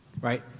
Right